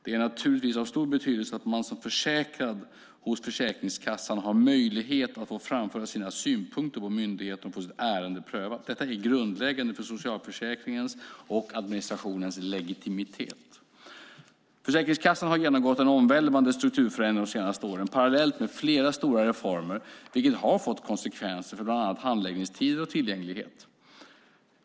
Det är naturligtvis av stor betydelse att man som försäkrad hos Försäkringskassan har möjlighet att få framföra sina synpunkter på myndigheten och få sitt ärende prövat. Detta är grundläggande för socialförsäkringens och administrationens legitimitet. Försäkringskassan har genomgått en omvälvande strukturförändring de senaste åren parallellt med fler stora reformer vilket har fått konsekvenser för bland annat handläggningstider och tillgänglighet.